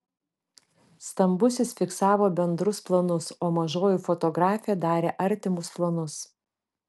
stambusis fiksavo bendrus planus o mažoji fotografė darė artimus planus